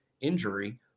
injury